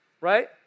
right